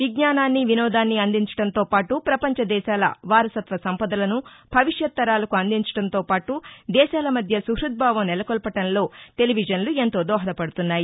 విజ్ఞానాన్ని వినోదాన్ని అందించటంతో పాటు ప్రపంచ దేశాల వారసత్వ సంపదలను భవిష్యత్ తరాలకు అందించటంతో పాటు దేశాల మధ్య సుహుద్బావం నెలకొల్పటంలో టెలివిజన్లు ఎంతో దోహదపడుతున్నాయి